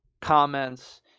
comments